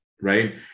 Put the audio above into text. Right